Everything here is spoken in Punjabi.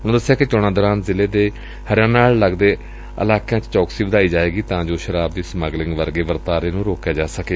ਉਨਾਂ ਦਸਿਆ ਕਿ ਚੋਣਾ ਦੌਰਾਨ ਜ਼ਿਲੇ ਦੇ ਹਰਿਆਣਾ ਨਾਲ ਲਗਦੇ ਇਲਾਕਿਆ ਚ ਚੌਕਸੀ ਵਧਾਈ ਜਾਏਗੀ ਤਾਂ ਜੋ ਸ਼ਰਾਬ ਦੀ ਸਮਗਲਿੰਗ ਵਰਗੇ ਵਰਤਾਰੇ ਨੁੰ ਰੋਕਿਆ ਜਾ ਸਕੇ